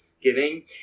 Giving